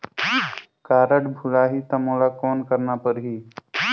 Card भुलाही ता मोला कौन करना परही?